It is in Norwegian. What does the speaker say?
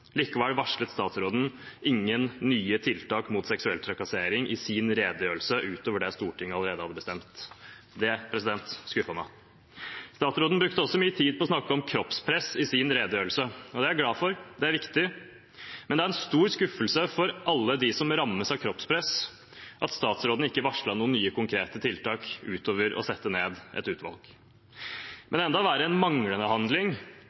Likevel varslet statsråden ingen nye tiltak mot seksuell trakassering i sin redegjørelse, utover det Stortinget allerede hadde bestemt. Det skuffet meg. Statsråden brukte også mye tid på å snakke om kroppspress i sin redegjørelse. Det er jeg glad for, for det er viktig, men det er en stor skuffelse for alle dem som rammes av kroppspress, at statsråden ikke varslet noen nye, konkrete tiltak utover å sette ned et utvalg. Men enda verre enn manglende handling